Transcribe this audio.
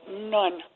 none